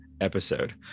episode